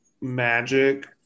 magic